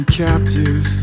captive